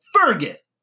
Fergit